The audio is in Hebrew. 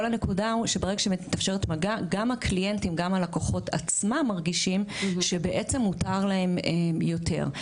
גם הלקוחות עצמם מרגישים שבעצם מותר להם יותר.